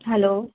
hello